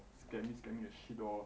scammy scammy that shit lor